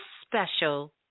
special